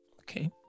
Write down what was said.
Okay